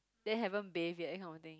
then haven't bathed yet that kind of thing